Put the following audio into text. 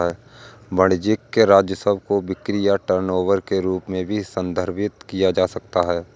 वाणिज्यिक राजस्व को बिक्री या टर्नओवर के रूप में भी संदर्भित किया जा सकता है